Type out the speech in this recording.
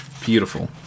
Beautiful